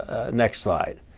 next slide.